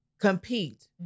compete